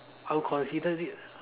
I'll consider it